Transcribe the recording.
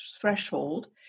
threshold